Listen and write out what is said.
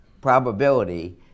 probability